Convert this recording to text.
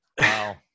Wow